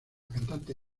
cantante